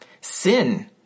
Sin